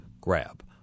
grab